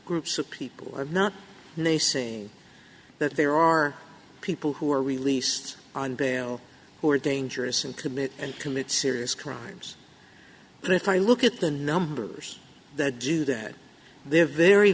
groups of people or not and they say that there are people who are released on bail who are dangerous and commit and commit serious crimes but if i look at the numbers that do that they're very